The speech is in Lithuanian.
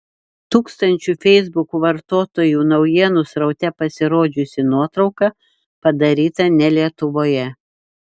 tūkstančių feisbuko vartotojų naujienų sraute pasirodžiusi nuotrauka padaryta ne lietuvoje